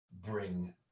bring